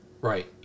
Right